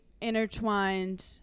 intertwined